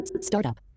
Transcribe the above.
Startup